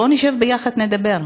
בואו נשב ביחד, נדבר.